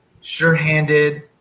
sure-handed